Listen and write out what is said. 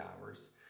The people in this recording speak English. hours